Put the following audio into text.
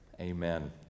Amen